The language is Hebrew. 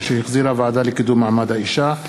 שהחזירה הוועדה לקידום מעמד האישה.